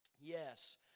yes